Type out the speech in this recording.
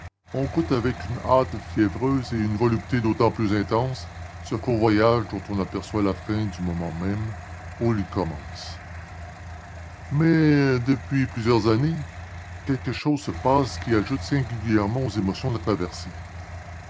on goûte avec une hâte fiévreuse et une volupté d'autant plus intense ce court voyage dont on aperçoit la fin au moment même où il commence mais depuis plusieurs années quelque chose se passe qui ajoute singulièrement aux émotions de la traversée